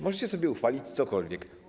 Możecie sobie uchwalić cokolwiek.